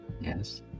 Yes